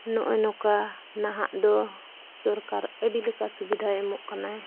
ᱱᱚᱜᱼᱚᱭ ᱱᱚᱝᱠᱟ ᱱᱟᱦᱟᱜ ᱫᱚ ᱥᱚᱨᱠᱟᱨ ᱟᱹᱰᱤ ᱞᱮᱠᱟ ᱥᱩᱵᱤᱫᱷᱟᱭ ᱮᱢᱚᱜ ᱠᱟᱱᱟᱭ